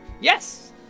Yes